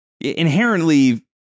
inherently